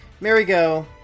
merry-go